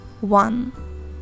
one